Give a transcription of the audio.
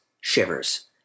shivers